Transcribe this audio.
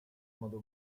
modo